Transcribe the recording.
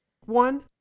one